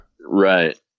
right